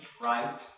right